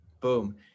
Boom